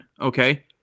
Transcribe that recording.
Okay